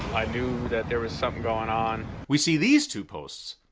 i knew that there was something going on. we see these two posts,